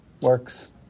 works